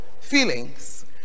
feelings